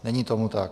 Není tomu tak.